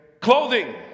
Clothing